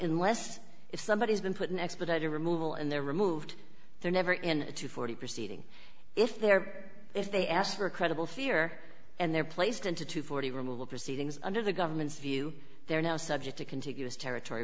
in less if somebody has been put in expedited removal and they're removed they're never in two forty proceeding if they're if they ask for a credible fear and they're placed into two forty removal proceedings under the government's view they're now subject to contiguous territory